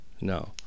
no